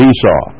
Esau